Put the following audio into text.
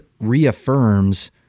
reaffirms